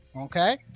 Okay